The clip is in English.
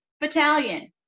Battalion